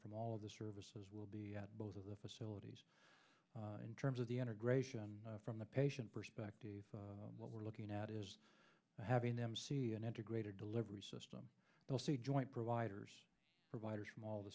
from all of the services will be at both of the facilities in terms of the enter gratian from the patient perspective what we're looking at is having them see an integrated delivery system you'll see joint providers providers from all the